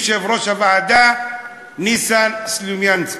יושב-ראש הוועדה ניסן סלוּמינסקי.